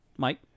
Mike